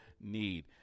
need